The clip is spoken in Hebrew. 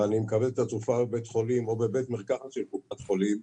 ואני מקבל את התרופה בבית חולים או בבית מרקחת של קופת חולים,